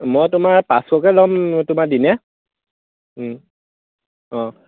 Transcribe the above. মই তোমাৰ পাঁচশকৈ ল'ম তোমাৰ দিনে অঁ